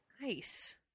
Nice